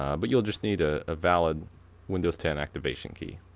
um but you'll just need a valid windows ten activation key.